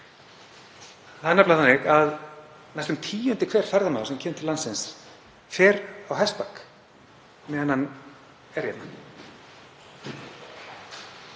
Það er nefnilega þannig að næstum tíundi hver ferðamaður sem kemur til landsins fer á hestbak meðan hann er